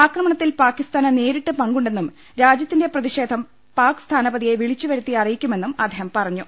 ആക്രമണത്തിൽ പാകിസ്ഥാന് നേരിട്ട് പങ്കുണ്ടെന്നും രാജ്യത്തിന്റെ പ്രതിഷേധം പാക്സ്ഥാനപതിയെ വിളിച്ചുവരുത്തി അറിയിക്കുമെന്നും അദ്ദേഹം പറഞ്ഞു